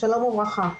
שלום וברכה.